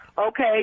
Okay